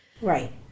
Right